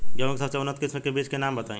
गेहूं के सबसे उन्नत किस्म के बिज के नाम बताई?